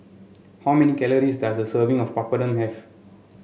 how many calories does a serving of Papadum have